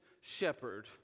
shepherd